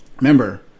remember